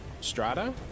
strata